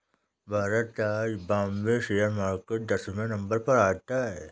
भारत का Bombay share market दसवें number पर आता है